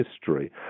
history